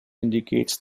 indicates